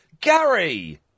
Gary